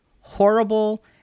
horrible